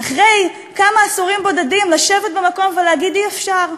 אחרי כמה עשורים בודדים לשבת במקום ולהגיד: אי-אפשר,